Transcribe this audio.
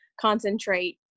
concentrate